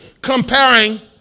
Comparing